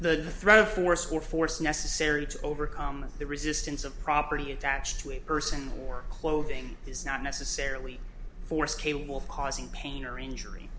the threat of force or force necessary to overcome the resistance of property attached to a person or clothing is not necessarily force capable of causing pain or injury